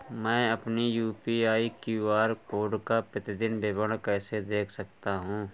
मैं अपनी UPI QR code का प्रतीदीन विवरण कैसे देख सकता हूँ?